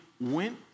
went